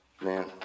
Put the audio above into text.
man